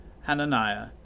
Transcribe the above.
Hananiah